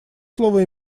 слово